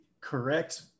correct